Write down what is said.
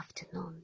afternoon